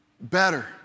better